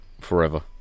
forever